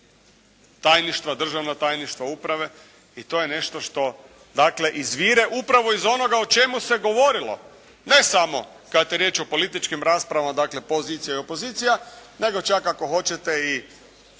tajništva, državna tajništva uprave. I to je nešto što dakle izvire upravo iz onoga o čemu se govorilo ne samo kad je riječ o političkim raspravama dakle pozicija i opozicija nego čak i ako hoćete i